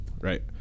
right